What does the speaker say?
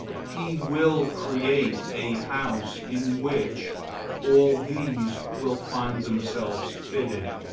he will create a house in which all these will find themselves fitted,